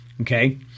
okay